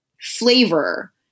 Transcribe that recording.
flavor